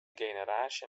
generaasje